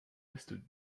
est